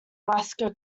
alaska